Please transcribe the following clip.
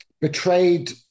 betrayed